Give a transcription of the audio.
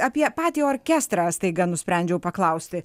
apie patį orkestrą staiga nusprendžiau paklausti